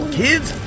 kids